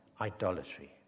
idolatry